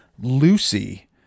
Lucy